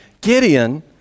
Gideon